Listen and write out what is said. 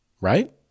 right